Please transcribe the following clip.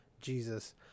Jesus